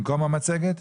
במקום המצגת?